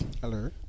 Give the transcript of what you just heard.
Hello